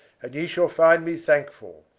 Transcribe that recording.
and ye shall find me thankfull.